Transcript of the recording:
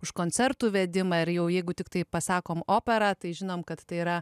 už koncertų vedimą ir jau jeigu tiktai pasakom opera tai žinome kad tai yra